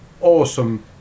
awesome